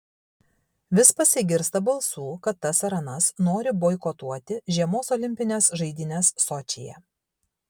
vis pasigirsta balsų kad tas ar anas nori boikotuoti žiemos olimpines žaidynes sočyje